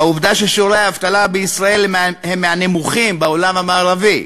בעובדה ששיעורי האבטלה בישראל הם מהנמוכים בעולם המערבי,